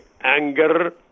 anger